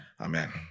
Amen